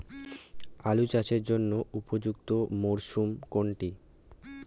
আলু চাষের জন্য উপযুক্ত মরশুম কোনটি?